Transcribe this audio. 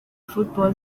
fútbol